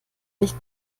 nicht